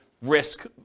Risk